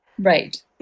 Right